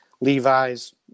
Levi's